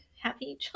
happy